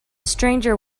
stranger